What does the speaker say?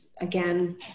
again